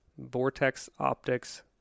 vortexoptics